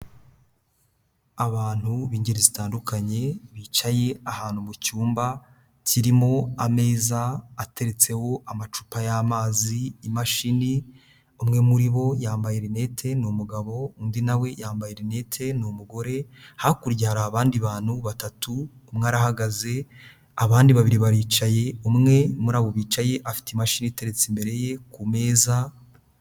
Abantu b'ingeri zitandukanye bicaye ahantu mu cyumba kirimo ameza ateretseho amacupa y'amazi, imashini, umwe muri bo yambaye rinete ni umugabo, undi na we yambaye rinete ni umugore, hakurya hari abandi bantu batatu, umwe arahagaze abandi babiri baricaye, umwe muri abo bicaye afite imashini iteretse imbere ye ku meza.